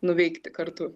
nuveikti kartu